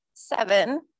Seven